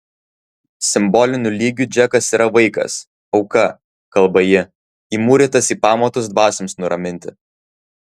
simboliniu lygiu džekas yra vaikas auka kalba ji įmūrytas į pamatus dvasioms nuraminti